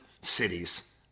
cities